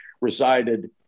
resided